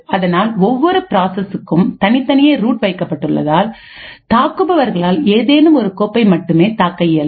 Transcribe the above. அதனால் ஒவ்வொரு பிராசஸ்க்கும் தனித்தனியே ரூட் வைக்கப்பட்டுள்ளதால் தாக்குபவர்களால் ஏதேனும் ஒரு கோப்பை மட்டுமே தாக்க இயலும்